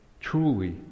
truly